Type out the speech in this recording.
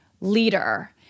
leader